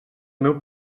meu